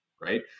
right